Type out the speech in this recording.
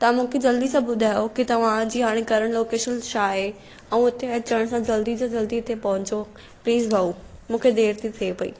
तव्हां मूंखे जल्दी सां ॿुधायो की तव्हां जी हाणे करंट लोकेशन छा आहे ऐं हुते अचण सां जल्दी सां जल्दी हुते पहुचो प्लीज़ भाऊ मूंखे देरि थी थिए पई